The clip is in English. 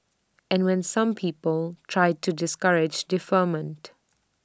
and when some people tried to discourage deferment